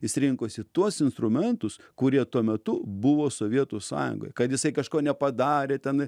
jis rinkosi tuos instrumentus kurie tuo metu buvo sovietų sąjungoj kad jisai kažko nepadarė ten